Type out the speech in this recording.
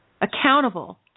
accountable